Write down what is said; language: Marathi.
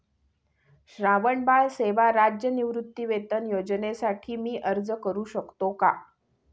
श्रावणबाळ सेवा राज्य निवृत्तीवेतन योजनेसाठी मी अर्ज करू शकतो का?